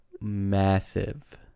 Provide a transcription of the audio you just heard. massive